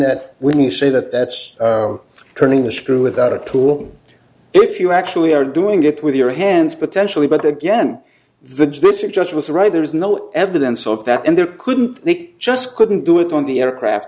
that when you say that that's turning the screw without a tool if you actually are doing it with your hands potentially but again the district judge was right there is no evidence of that and there couldn't they just couldn't do it on the aircraft